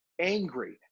angry